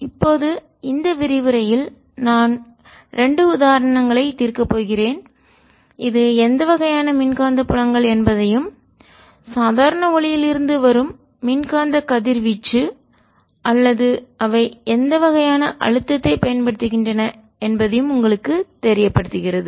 இப்போது இந்த விரிவுரையில் நான் 2 உதாரணங்களைத் தீர்க்கப் போகிறேன் இது எந்த வகையான மின் காந்த புலங்கள் என்பதையும் சாதாரண ஒளியிலிருந்து வரும் மின்காந்த கதிர்வீச்சு அல்லது அவை எந்த வகையான அழுத்தத்தைப் பயன்படுத்துகின்றன என்பதை உங்களுக்குத் தெரியப்படுத்துகிறது